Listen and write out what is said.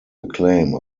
acclaim